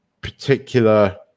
particular